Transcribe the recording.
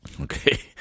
okay